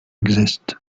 exist